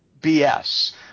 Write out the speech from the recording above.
BS